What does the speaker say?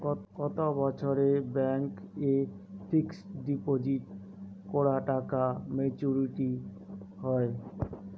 কত বছরে ব্যাংক এ ফিক্সড ডিপোজিট করা টাকা মেচুউরিটি হয়?